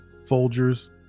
Folgers